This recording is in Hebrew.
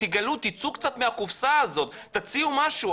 תצאו קצת מהקופסה הזאת, תציעו משהו.